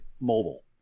Mobile